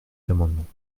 d’amendements